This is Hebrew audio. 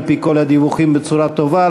על-פי כל הדיווחים בצורה טובה,